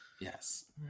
Yes